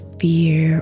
fear